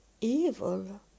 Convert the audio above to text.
evil